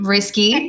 Risky